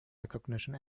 recognition